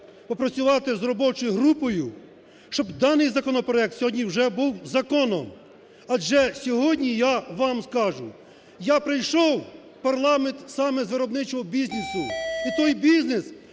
попрацювати з робочою групою, щоб даний законопроект сьогодні вже був законом. Адже сьогодні, я вам скажу, я прийшов в парламент саме з виробничого бізнесу,